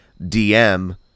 DM